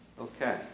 Okay